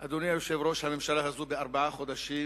אדוני היושב-ראש, בארבעה חודשים